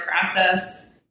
process